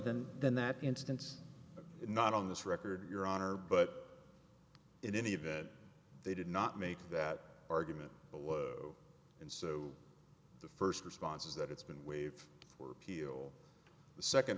than than that instance of it not on this record your honor but in any event they did not make that argument below and so the first response is that it's been wave or appeal the second